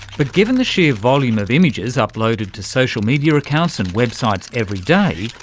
but given the sheer volume of images uploaded to social media accounts and websites every day,